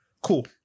Cool